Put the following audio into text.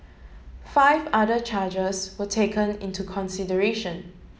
five other charges were taken into consideration